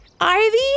Ivy